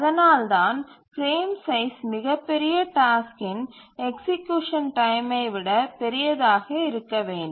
அதனால்தான் frame size மிகப்பெரிய டாஸ்க்கின் எக்சீக்யூசன் டைமை விட பெரியதாக இருக்க வேண்டும்